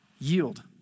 Yield